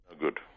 Good